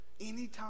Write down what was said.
Anytime